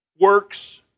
works